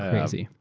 crazy.